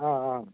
ஆ ஆ